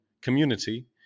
community